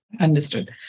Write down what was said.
Understood